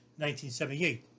1978